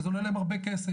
כי זה עולה להם הרבה כסף,